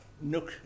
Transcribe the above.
nook